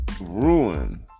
ruin